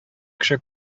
кеше